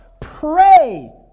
pray